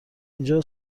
اینجا